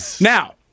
Now